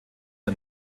der